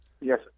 Yes